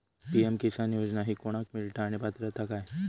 PM किसान योजना ही कोणाक मिळता आणि पात्रता काय?